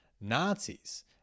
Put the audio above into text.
Nazis